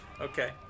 Okay